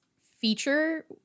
feature